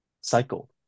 cycle